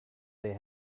they